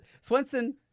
Swenson